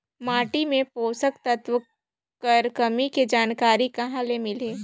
माटी मे पोषक तत्व कर कमी के जानकारी कहां ले मिलही?